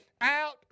out